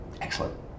Excellent